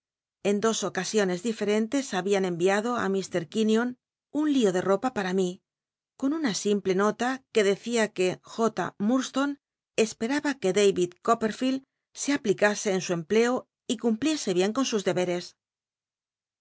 en dos ocasiones diferentes habian cnviadó á iir quinion un lio de ropa para mí con una simple nota que clecia que j lllurdstonc esperaba que david c se aplicase en su empleo y cumpliese bien con sus deberes